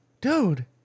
dude